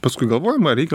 paskui galvojam ar reikia